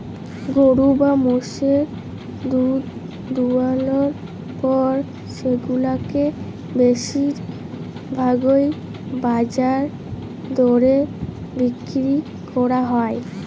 গরু বা মোষের দুহুদ দুয়ালর পর সেগুলাকে বেশির ভাগই বাজার দরে বিক্কিরি ক্যরা হ্যয়